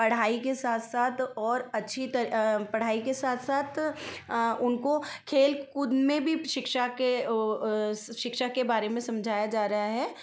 पढ़ाई के साथ साथ और अच्छी त पढ़ाई के साथ साथ उनको खेल कूद में भी शिक्षा के वह शिक्षा के बारे में समझाया जा रहा है